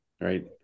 right